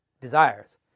desires